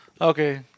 Okay